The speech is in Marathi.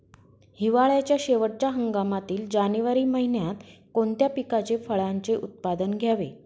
हिवाळ्याच्या शेवटच्या हंगामातील जानेवारी महिन्यात कोणत्या पिकाचे, फळांचे उत्पादन घ्यावे?